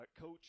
Coach